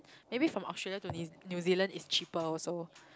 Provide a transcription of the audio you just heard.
maybe from Australia to New-Zea~ New-Zealand is cheaper also